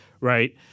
Right